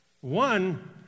One